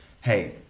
hey